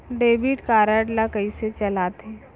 Debit card ला कइसे चलाते?